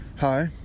Hi